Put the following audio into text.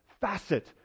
facet